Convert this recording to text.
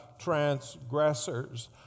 transgressors